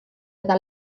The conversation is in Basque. eta